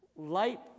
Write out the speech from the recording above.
Light